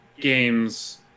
games